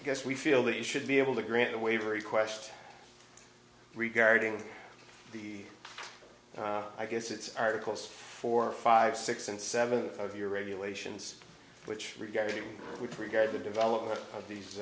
i guess we feel that you should be able to grant a waiver request regarding the i guess it's articles four five six and seven of your regulations which we prepared the development of these